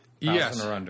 Yes